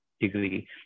degree